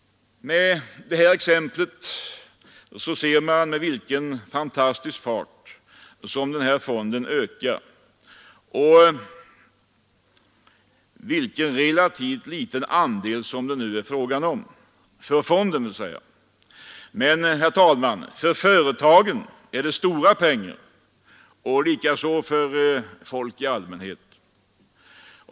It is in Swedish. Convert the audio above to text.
Detta exempel visar med vilken fantastisk fart fonden ökar och vilken relativt liten andel som det nu är fråga om — för fonden. Men, herr talman, för företagen är det stora pengar, likaså för människor i allmänhet.